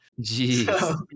Jeez